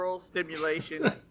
stimulation